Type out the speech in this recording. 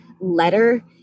letter